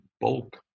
bulk